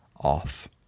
Off